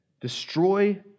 destroy